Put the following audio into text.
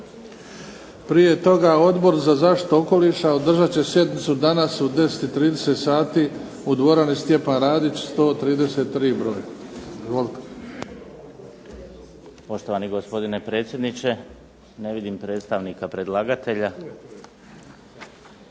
Prije toga Odbor za zaštitu okoliša održat će sjednicu danas u 10,30 sati u dvorani Stjepan Radić 133 broj.